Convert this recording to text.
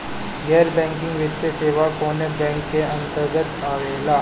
गैर बैंकिंग वित्तीय सेवाएं कोने बैंक के अन्तरगत आवेअला?